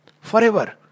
forever